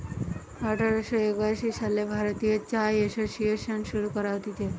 আঠার শ একাশি সালে ভারতীয় চা এসোসিয়েসন শুরু করা হতিছে